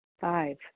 Five